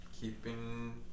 keeping